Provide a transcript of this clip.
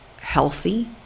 healthy